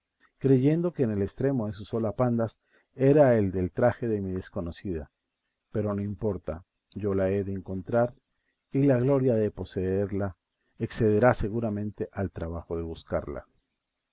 creyendo que el extremo de sus holapandas era el del traje de mi desconocida pero no importa yo la he de encontrar y la gloria de poseerla excederá seguramente al trabajo de buscarla